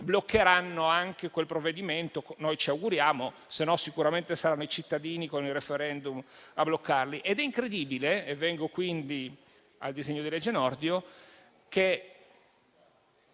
bloccheranno anche quel provvedimento. Noi ce lo auguriamo, altrimenti sicuramente saranno i cittadini con il *referendum* a bloccarlo. È incredibile - e vengo quindi al disegno di legge Nordio - che,